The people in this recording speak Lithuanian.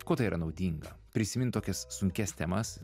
kuo tai yra naudinga prisimint tokias sunkias temas